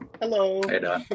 Hello